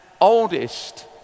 oldest